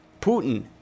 Putin